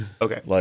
Okay